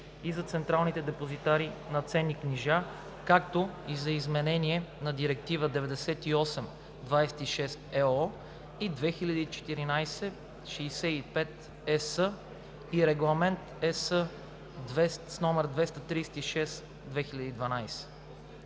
и за централните депозитари на ценни книжа, както и за изменение на директиви 98/26/ЕО и 2014/65/ЕС и Регламент (ЕС) № 236/2012.